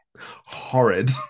horrid